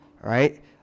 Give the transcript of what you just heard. right